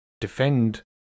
defend